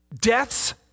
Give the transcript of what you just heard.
Death's